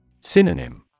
Synonym